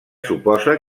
suposa